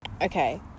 Okay